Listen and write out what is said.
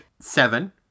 seven